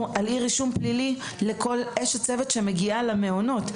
על אי רישום פלילי לכל אשת צוות שמגיעה למעונות?